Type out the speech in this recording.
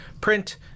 Print